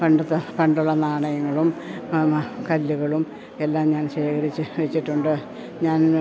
പണ്ട് പണ്ടുള്ള നാണയങ്ങളും കല്ലുകളും എല്ലാം ഞാൻ ശേഖരിച്ച് വെച്ചിട്ടുണ്ട് ഞാൻ